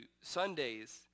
Sundays